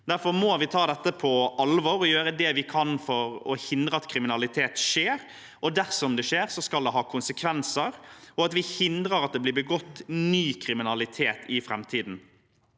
Derfor må vi ta dette på alvor og gjøre det vi kan for å hindre at kriminalitet skjer – og dersom det skjer, skal det få konsekvenser – og at vi hindrer at det blir begått ny kriminalitet i framtiden.